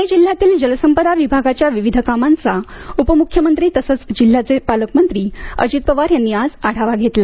प्णे जिल्ह्यातील जलसंपदा विभागाच्या विविध कामांचा उपम्ख्यमंत्री तसंच जिल्ह्याचे संपर्क मंत्री अजित पवार यांनी आज आढावा घेतला